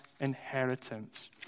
inheritance